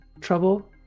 trouble